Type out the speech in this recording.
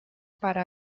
para